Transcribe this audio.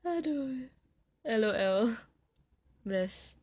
!aduh! LOL bless